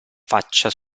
faccia